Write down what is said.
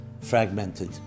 fragmented